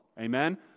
amen